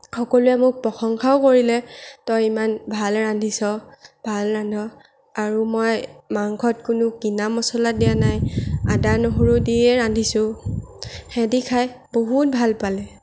সকলোৱে মোক প্ৰশংসাও কৰিলে তই ইমান ভাল ৰান্ধিচ ভাল ৰান্ধ আৰু মই মাংসত কোনো কিনা মছলা দিয়া নাই আদা নহৰু দিয়েই ৰান্ধিছোঁ হেঁতি খাই বহুত ভাল পালে